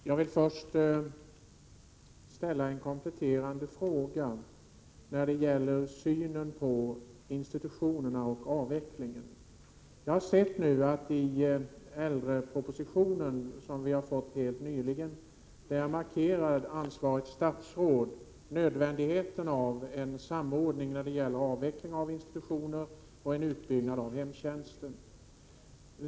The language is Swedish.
Herr talman! Jag vill börja med att framställa en kompletterande fråga när 25 maj 1988 det gäller synen på institutionerna och avvecklingen. I äldrepropositionen, som vi har fått nyligen, markerar ansvarigt statsråd nödvändigheten av en samordning när det gäller avveckling av institutioner och utveckling av hemtjänsten.